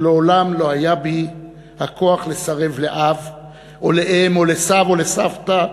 שלעולם לא היה בי הכוח לסרב לאב או לאם או לסב או לסבתא